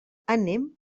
anem